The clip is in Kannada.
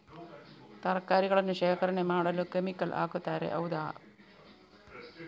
ತರಕಾರಿಗಳನ್ನು ಶೇಖರಣೆ ಮಾಡಲು ಕೆಮಿಕಲ್ ಹಾಕುತಾರೆ ಹೌದ?